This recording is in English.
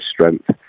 strength